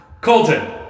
Colton